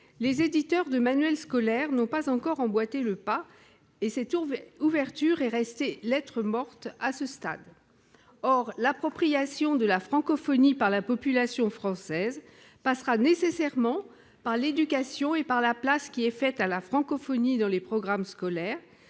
les éditeurs de manuels scolaires n'ont pas encore emboîté le pas, et cette ouverture est restée lettre morte à ce stade. Or l'appropriation de la francophonie par la population française passera nécessairement par l'éducation et par la place qui est faite à la francophonie dans les programmes scolaires,